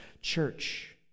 church